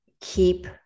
keep